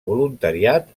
voluntariat